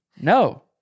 No